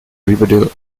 riverdale